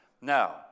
Now